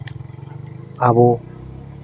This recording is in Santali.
ᱟᱵᱚ